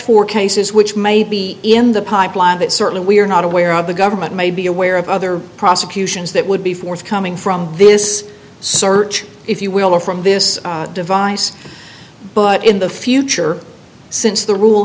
for cases which may be in the pipeline that certainly we are not aware of the government may be aware of other prosecutions that would be forthcoming from this search if you will from this device but in the future since the rule